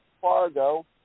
Fargo